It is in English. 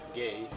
gay